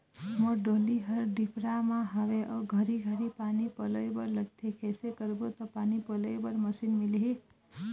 मोर डोली हर डिपरा म हावे अऊ घरी घरी पानी पलोए बर लगथे कैसे करबो त पानी पलोए बर मशीन मिलही?